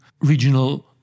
regional